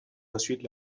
ensuite